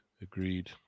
Agreed